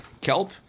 kelp